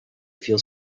feel